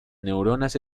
neuronas